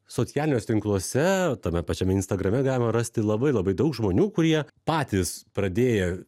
socialiniuose tinkluose tame pačiame instagrame galima rasti labai labai daug žmonių kurie patys pradėję